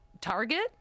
target